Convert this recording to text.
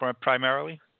primarily